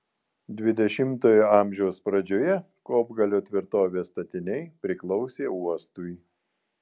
dvidešimtojo amžiaus pradžioje kopgalio tvirtovės statiniai priklausė uostui